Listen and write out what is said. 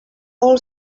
all